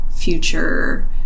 future